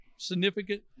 Significant